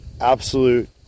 absolute